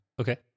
Okay